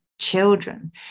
Children